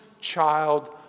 child